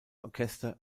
orchester